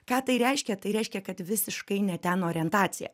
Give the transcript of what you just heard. ką tai reiškia tai reiškia kad visiškai ne ten orientacija